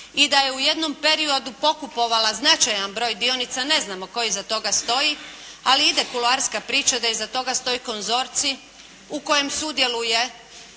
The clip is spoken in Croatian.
i da je u jednom periodu pokupovala značajan broj dionica. Ne znamo tko iza toga stoji, ali ide kuloarska priča da iza toga stoji konzorcij u kojem sudjeluje